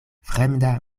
fremda